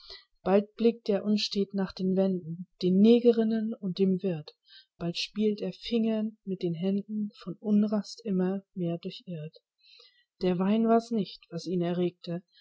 bald blickt er unstät nach den wänden den negerinnen und dem wirth bald spielt er fingernd mit den händen von unrast immer mehr durchirrt der wein war's nicht was ihn erregte